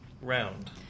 Round